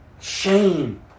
Shame